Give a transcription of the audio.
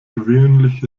gewöhnlich